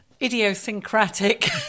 Idiosyncratic